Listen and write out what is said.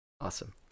awesome